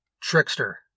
Trickster